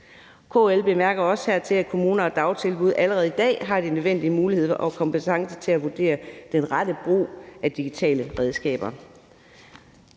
KL bemærker også, at kommuner og dagtilbud allerede i dag har de nødvendige muligheder for og kompetencer til at vurdere den rette brug af digitale redskaber.